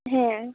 ᱦᱮᱸ